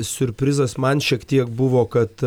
siurprizas man šiek tiek buvo kad